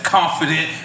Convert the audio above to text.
Confident